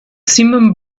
simum